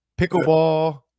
Pickleball